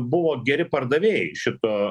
buvo geri pardavėjai šito